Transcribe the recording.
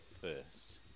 first